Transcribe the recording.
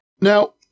Now